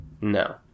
No